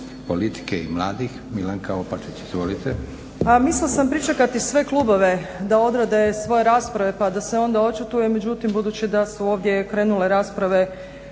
Izvolite. **Opačić, Milanka (SDP)** Ma mislila sam pričat da bi sve klubove, da odrade svoje rasprave pa da se onda očitujemo, međutim budući da su ovdje krenule rasprave